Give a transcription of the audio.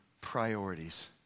priorities